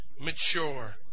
mature